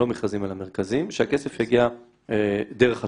שהכסף יגיע דרך הטוטו.